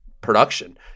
production